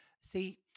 See